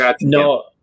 No